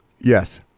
Yes